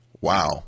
Wow